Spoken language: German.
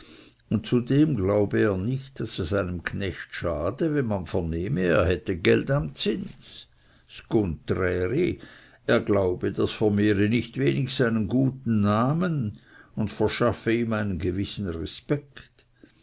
und zudem glaube er nicht daß es einem knechte schade wenn man vernehme er hätte geld am zins ds gunträri er glaube das vermehre nicht wenig seinen guten namen und verschaffe ihm einen gewissen respekt